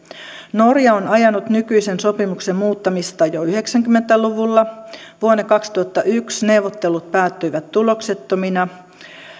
norja on ajanut nykyisen sopimuksen muuttamista jo yhdeksänkymmentä luvulla vuonna kaksituhattayksi neuvottelut päättyivät tuloksettomina